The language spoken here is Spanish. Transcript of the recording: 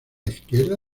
izquierda